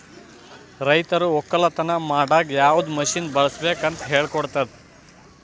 ರೈತರು ಒಕ್ಕಲತನ ಮಾಡಾಗ್ ಯವದ್ ಮಷೀನ್ ಬಳುಸ್ಬೇಕು ಅಂತ್ ಹೇಳ್ಕೊಡ್ತುದ್